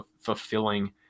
fulfilling